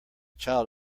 child